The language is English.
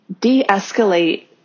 de-escalate